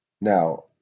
Now